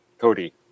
Cody